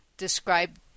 describe